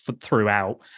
throughout